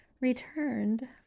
returned